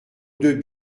deux